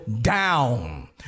down